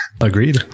agreed